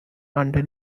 under